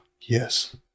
Yes